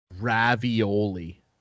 ravioli